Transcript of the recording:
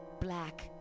black